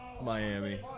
Miami